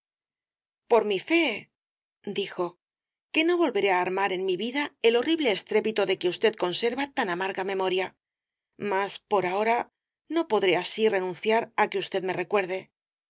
por mi fe dijo que no volveré á armar en mi vida el horrible estrépito de que usted conserva tan amarga memoria mas por ahora no podré así renunciar á que usted me recuerde